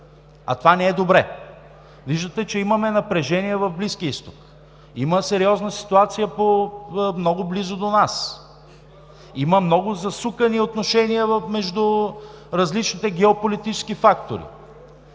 а това не е добре. Виждате, че имаме напрежение в Близкия изток, има сериозна ситуация много близо до нас, има много засукани отношения между различните геополитически фактори